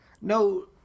No